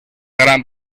gran